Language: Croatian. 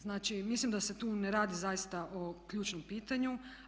Znači mislim da se tu ne radi zaista o ključnom pitanju.